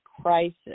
crisis